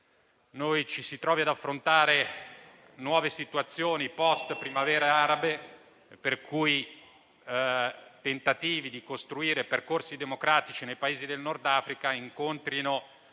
doverci trovare ad affrontare nuove situazioni post-primavere arabe, motivi per cui i tentativi di costruire percorsi democratici nei Paesi del Nord Africa incontrino